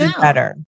better